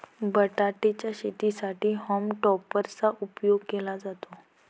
बटाटे च्या शेतीसाठी हॉल्म टॉपर चा उपयोग केला जातो